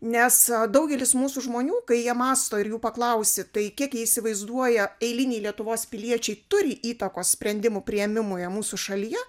nes daugelis mūsų žmonių kai jie mąsto ir jų paklausi tai kiek jie įsivaizduoja eiliniai lietuvos piliečiai turi įtakos sprendimų priėmimui mūsų šalyje